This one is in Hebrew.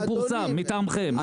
זה פורסם מטעמכם.